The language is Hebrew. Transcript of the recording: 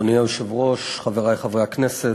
אדוני היושב-ראש, חברי חברי הכנסת,